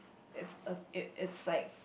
it's a it's it's like